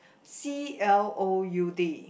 C L O U D